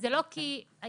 באופן עקרוני,